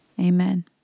amen